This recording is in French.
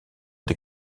des